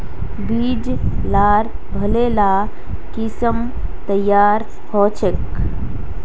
बीज लार भले ला किसम तैयार होछे